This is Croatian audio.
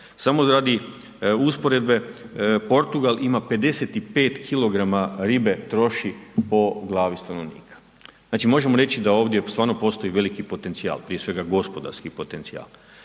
Samo radi usporedbe Portugal ima 55 kg ribe troši po glavi stanovnika. Znači možemo reći da ovdje stvarno postoji veliki potencijal, prije svega gospodarski potencijal.